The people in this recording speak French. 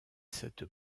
cette